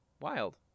Wild